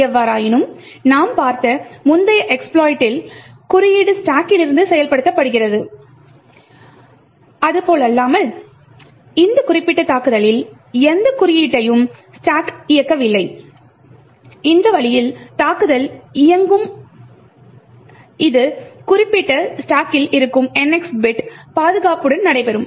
எவ்வாறாயினும் நாம் பார்த்த முந்தைய எஸ்பிலோய்டில் குறியீடு ஸ்டாக்கிலிருந்து செயல்படுத்தப்படுகிறது அது போலல்லாமல் இந்த குறிப்பிட்ட தாக்குதலில் எந்த குறியீட்டையும் ஸ்டாக் இயக்கவில்லை இந்த வழியில் தாக்குதல் இயங்கும் இது குறிப்பிட்ட ஸ்டாக்கில் இருக்கும் NX பிட் பாதுகாப்புடன் நடைபெறும்